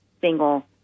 single